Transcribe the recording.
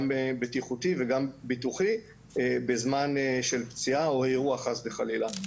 בטיחותי וגם ביטוחי בזמן של פציעה או אירוע חס וחלילה.